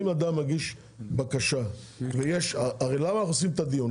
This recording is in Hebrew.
אם אדם הגיש בקשה ויש הרי למה אנחנו עושים את הדיון?